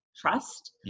trust